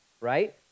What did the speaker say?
right